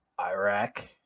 iraq